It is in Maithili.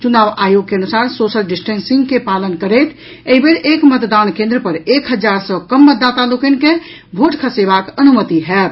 चुनाव आयोग के अनुसार सोशल डिस्टेंसिंग के पालन करैत एहि बेर एक मतदान केंद्र पर एक हजार सँ कम मतदाता लोकनि के भोट खसेबाक अनुमति होयत